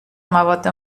مواد